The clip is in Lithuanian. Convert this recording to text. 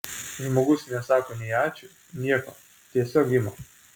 žmogus nesako nei ačiū nieko tiesiog ima